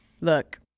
Look